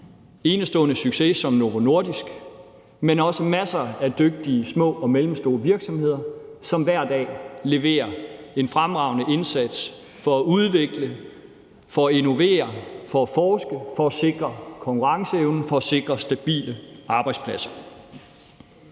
enestående succes som Novo Nordisk, men også masser af dygtige små og mellemstore virksomheder, som hver dag leverer en fremragende indsats for at udvikle, for at innovere, for at forske, for at sikre konkurrenceevnen, for at sikre stabile arbejdspladser.